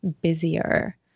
busier